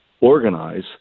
organize